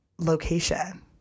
location